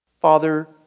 father